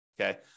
Okay